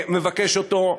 מבקש אותו,